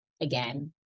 again